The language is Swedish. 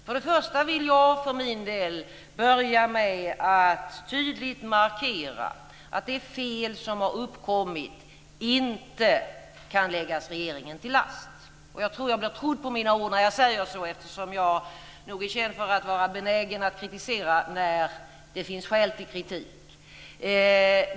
För det första vill jag för min del börja med att tydligt markera att det fel som har uppkommit inte kan läggas regeringen till last. Jag tror att jag blir trodd på mina ord när jag säger det, eftersom jag är känd för att vara benägen att kritisera när det finns skäl för kritik.